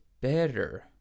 better